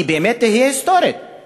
היא באמת תהיה היסטורית,